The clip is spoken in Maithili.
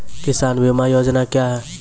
किसान बीमा योजना क्या हैं?